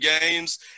games